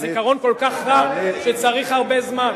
הזיכרון כל כך רע שצריך הרבה זמן.